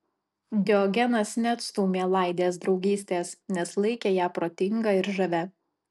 diogenas neatstūmė laidės draugystės nes laikė ją protinga ir žavia